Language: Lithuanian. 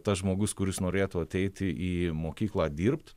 tas žmogus kuris norėtų ateiti į mokyklą dirbt